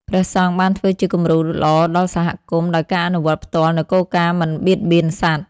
ព្រះសង្ឃបានធ្វើជាគំរូល្អដល់សហគមន៍ដោយការអនុវត្តផ្ទាល់នូវគោលការណ៍មិនបៀតបៀនសត្វ។